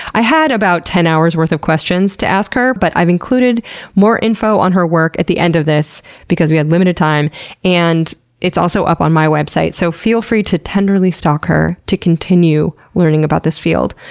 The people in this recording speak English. i had about ten hours worth of questions to ask her, but i've included more info on her work at the end of this because we had limited time and it's also up on my website, so feel free to tenderly stalk her to continue learning about this field.